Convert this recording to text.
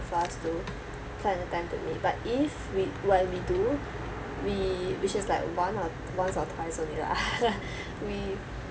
for us to plan a time to meet but if we when we do we which is like one or once or twice only lah we